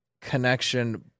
connection